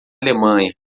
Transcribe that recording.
alemanha